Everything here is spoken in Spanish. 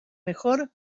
mejor